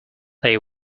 they